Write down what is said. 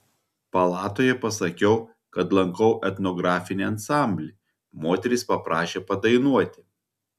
palatoje pasakiau kad lankau etnografinį ansamblį moterys paprašė padainuoti